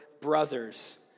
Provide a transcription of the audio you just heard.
brothers